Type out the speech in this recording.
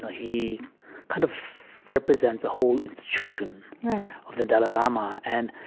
he kind of represents a whole institution of the dalai lama and,